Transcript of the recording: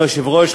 אדוני היושב-ראש,